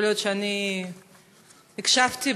הקשבתי